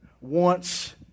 wants